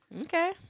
Okay